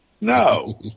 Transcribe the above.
No